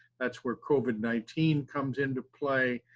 that's where covid nineteen comes into play,